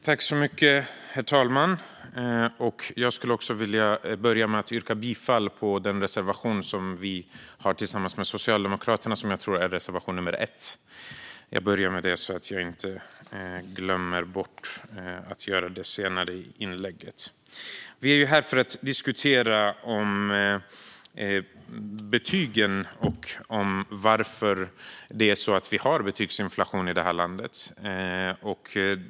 Herr talman! Jag vill börja med att yrka bifall till reservation nummer 1, som vi har tillsammans med Socialdemokraterna, så att jag inte glömmer det. Vi är här för att diskutera betyg och varför vi har betygsinflation här i landet.